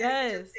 Yes